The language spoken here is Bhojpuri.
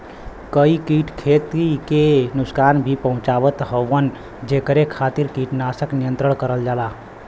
कई कीट खेती के नुकसान भी पहुंचावत हउवन जेकरे खातिर कीटनाशक नियंत्रण करल जाला